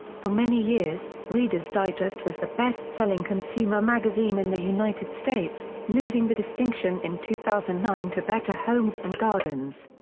for many years, reader's digest was the best-selling consumer magazine in the united states, losing the distinction in two thousand and nine to better homes and gardens.